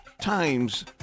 times